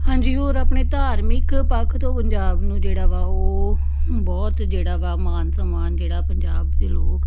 ਹਾਂਜੀ ਹੋਰ ਆਪਣੇ ਧਾਰਮਿਕ ਪੱਖ ਤੋਂ ਪੰਜਾਬ ਨੂੰ ਜਿਹੜਾ ਵਾ ਉਹ ਬਹੁਤ ਜਿਹੜਾ ਵਾ ਮਾਨ ਸਨਮਾਨ ਜਿਹੜਾ ਪੰਜਾਬ ਦੇ ਲੋਕ